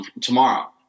tomorrow